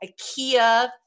IKEA